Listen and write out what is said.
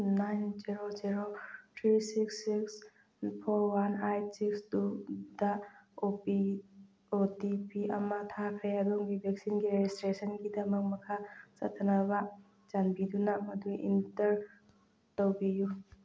nine zero zero three six six four one eight six two O T P ꯑꯃ ꯊꯥꯈ꯭ꯔꯦ ꯑꯗꯣꯝꯒꯤ ꯚꯦꯛꯁꯤꯟꯒꯤ ꯔꯦꯖꯤꯁꯇ꯭ꯔꯦꯁꯟꯒꯤꯗꯃꯛ ꯃꯈꯥ ꯆꯠꯊꯅꯕ ꯆꯥꯟꯕꯤꯗꯨꯅ ꯃꯗꯨ ꯏꯟꯇꯔ ꯇꯧꯕꯤꯌꯨ